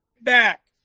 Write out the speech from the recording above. back